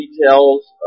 details